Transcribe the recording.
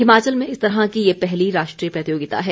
हिमाचल में इस तरह की ये पहली राष्ट्रीय प्रतियोगिता है